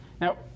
Now